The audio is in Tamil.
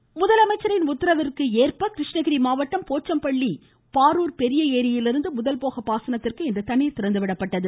தண்ணீர் திறப்பு முதலமைச்சரின் உத்தரவிற்கேற்ப கிருஷ்ணகிரி மாவட்டம் போச்சம்பள்ளி பாரூர் பெரிய ஏரியிலிருந்து முதல்போக பாசனத்திற்கு இன்று தண்ணீர் திறந்துவிடப்பட்டது